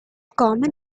common